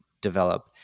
develop